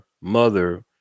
mother